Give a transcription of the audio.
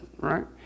Right